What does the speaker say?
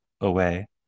away